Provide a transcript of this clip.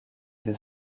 des